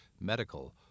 medical